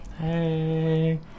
Hey